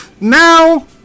Now